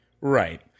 Right